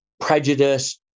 prejudice